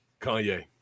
Kanye